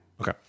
Okay